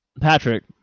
Patrick